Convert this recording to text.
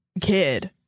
kid